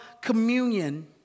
communion